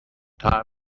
time